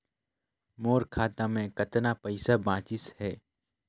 मोर खाता मे कतना पइसा बाचिस हे?